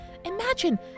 Imagine